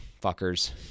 fuckers